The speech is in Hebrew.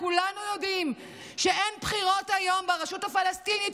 כולנו יודעים שאין בחירות היום ברשות הפלסטינית,